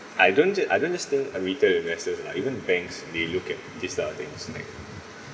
I don't I don't understand I mean the investors lah even banks they look at these type of things